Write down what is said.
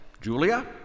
Julia